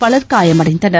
பலர் காயமடைந்தனர்